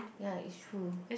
ya it's true